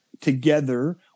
together